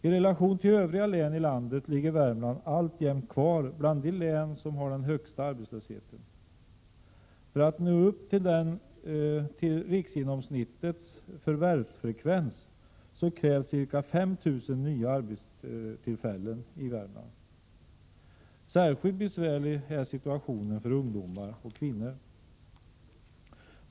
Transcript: I relation till övriga län i landet ligger Värmland alltjämt kvar bland de län som har den högsta arbetslösheten. För att nå upp till riksgenomsnittets förvärvsfrekvens krävs ca 5 000 nya arbetstillfällen i Värmland. Särskilt besvärlig är situationen för ungdomar och kvinnor.